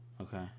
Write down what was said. Okay